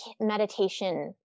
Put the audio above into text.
meditation